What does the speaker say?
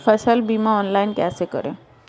फसल बीमा ऑनलाइन कैसे करें?